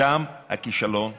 שם הכישלון הגדול.